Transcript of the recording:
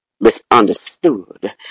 misunderstood